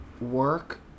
work